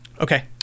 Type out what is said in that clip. Okay